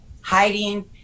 hiding